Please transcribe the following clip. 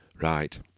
right